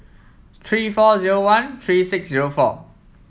three four zero one three six zero four